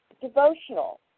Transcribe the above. devotional